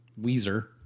Weezer